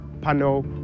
panel